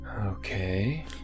Okay